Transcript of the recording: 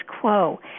quo